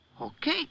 Okay